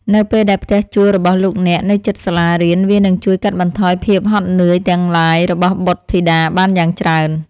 នៅពេលដែលផ្ទះជួលរបស់លោកអ្នកនៅជិតសាលារៀនវានឹងជួយកាត់បន្ថយភាពហត់នឿយទាំងឡាយរបស់បុត្រធីតាបានយ៉ាងច្រើន។